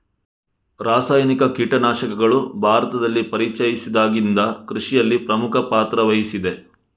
ರಾಸಾಯನಿಕ ಕೀಟನಾಶಕಗಳು ಭಾರತದಲ್ಲಿ ಪರಿಚಯಿಸಿದಾಗಿಂದ ಕೃಷಿಯಲ್ಲಿ ಪ್ರಮುಖ ಪಾತ್ರ ವಹಿಸಿದೆ